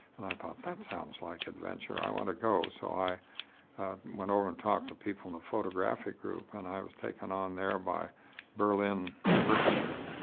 and i thought, that sounds like adventure, i want to go. so i went over and talked to people in the photographic group. and i was taken on there by berlyn brixner,